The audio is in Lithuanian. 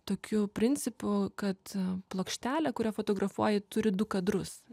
tokiu principu kad plokštelė kuria fotografuoji turi du kadrus